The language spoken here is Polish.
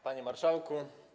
Panie Marszałku!